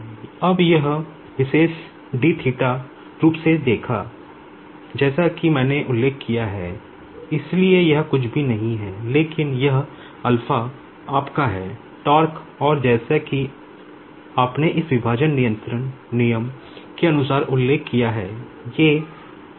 अब यह विशेष रूप से जैसा कि मैंने उल्लेख किया है इसलिए यह कुछ भी नहीं है लेकिन यह आपका है और जैसा कि आपने इस पार्टीशन कंट्रोल स्कीम के अनुसार उल्लेख किया है ये है